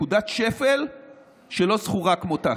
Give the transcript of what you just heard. נקודת שפל שלא זכורה כמותה.